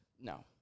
No